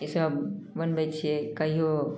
ईसब बनबै छिए कहिओ